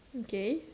okay